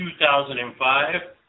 2005